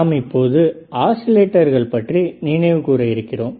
நாம் இப்போது ஆஸிலேட்டர்கள் பற்றிய நினைவுகூற இருக்கிறோம்